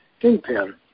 kingpin